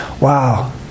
Wow